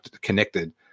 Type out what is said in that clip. connected